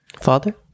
father